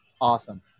Awesome